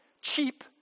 cheap